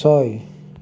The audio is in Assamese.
ছয়